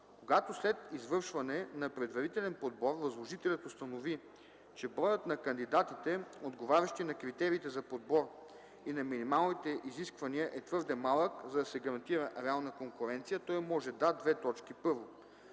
когато след извършване на предварителен подбор възложителят установи, че броят на кандидатите, отговарящи на критериите за подбор и на минималните изисквания, е твърде малък, за да се гарантира реална конкуренция, той може да: 1. публикува